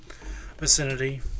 vicinity